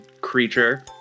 creature